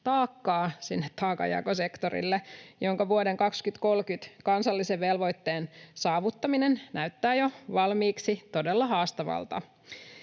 sinne taakanjakosektorille, jonka vuoden 2030 kansallisen velvoitteen saavuttaminen näyttää jo valmiiksi todella haastavalta,